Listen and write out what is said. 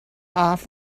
off